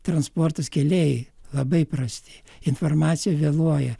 transportas keliai labai prasti informacija vėluoja